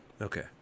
Okay